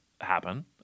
happen